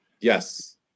Yes